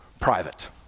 private